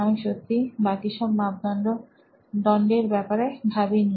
আমি সত্যিই বাকিসব মাপ দণ্ডের ব্যাপারে ভাবি নি